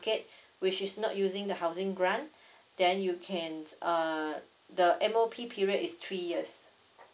market which is not using the housing grant then you can err the M_O_P period is three years